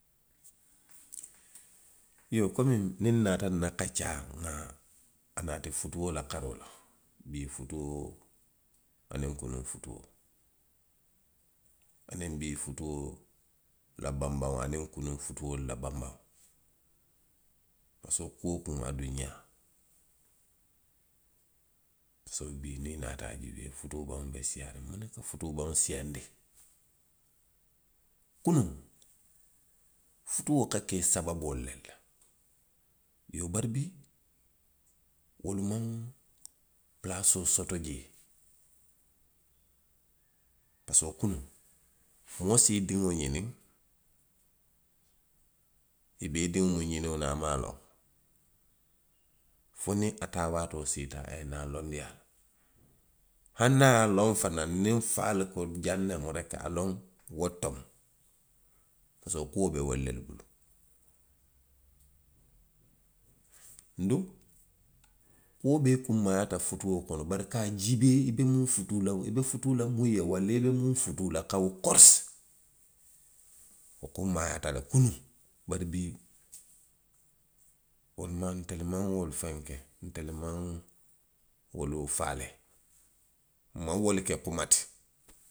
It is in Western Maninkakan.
Iyoo, komi niŋ nnaata nna kaccaa, nŋa a naati futuo la karoo la, bii futuo. aniŋ kunuŋ futuo. Bii futuo la banbaŋo aniŋ kunuŋ futuolu la banbaŋo. parisiko kuu woo kuu aduŋ ňaa, parisiko bii niŋ i naata juubee futuu baŋo be siiyaariŋ ne. Muŋ ne futuu baŋo siiyaandi? Kunuŋ. futuo ka ke sababoo lelu la. Iyoo bari bii. wolu maŋ palaasoo soto jee. parisiko kunuŋ. moo si i diŋo ňiniŋ, i be i diŋo miŋ xiniŋo la. a maŋ a loŋ. Fo niŋ a taa waatoosiita a ye naa a lonndi a la. hani niŋ a a loŋ fanaŋ, niŋ faalu ko jaŋ nemu reki, a loŋ wo le to mu. parisiko kuo be wolu le bulu. Nduŋ. kuo bee kunmaayaata futuo kono, bari ka a jiibee i be miŋ futuu la. i be futuu la muŋ ye, walla i be muŋ futuu la, ka wo korosi. wo kunmaayaata le kunuŋ. Bari bii. wolu maŋ, itelu maŋ wolu fenke, itelu maŋ wolu faalee nmaŋ wolu ke kuma ti.